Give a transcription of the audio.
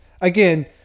again